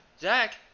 Zach